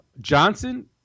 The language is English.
Johnson